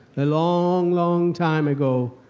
a long, long time ago,